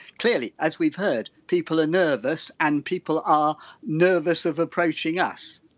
clearly, as we've heard, people are nervous and people are nervous of approaching us?